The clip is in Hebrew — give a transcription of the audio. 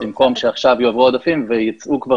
במקום שעכשיו יועברו העודפים וייצאו,